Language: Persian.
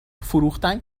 فروختن